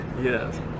Yes